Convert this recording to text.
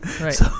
Right